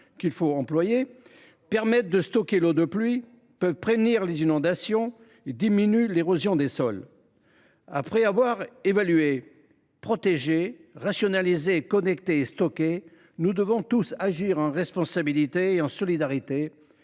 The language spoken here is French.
n’est pas tabou… –, permettent de stocker l’eau de pluie, peuvent prévenir les inondations et limitent l’érosion des sols. Après avoir évalué, protégé, rationalisé, connecté et stocké, nous devons tous agir en responsabilité et en solidarité